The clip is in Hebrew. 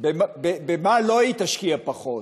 במה היא לא תשקיע פחות?